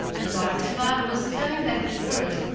and bart's father was coming back to earth,